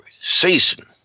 season